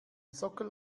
sockel